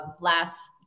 last